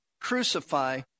crucify